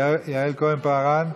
יעל כהן-פארן,